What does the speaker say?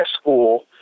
school